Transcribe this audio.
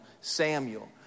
Samuel